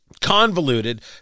convoluted